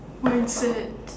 mindset